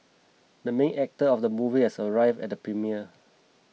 the main actor of the movie has arrived at the premiere